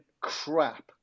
crap